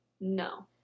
no